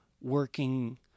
working